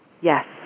yes